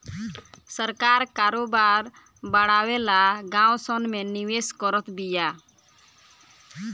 सरकार करोबार बड़ावे ला गाँव सन मे निवेश करत बिया